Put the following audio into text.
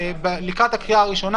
מדובר על יום ייחודי,